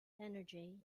energy